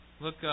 Look